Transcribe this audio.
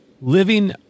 living